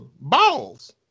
balls